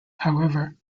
however